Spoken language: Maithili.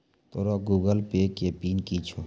तोरो गूगल पे के पिन कि छौं?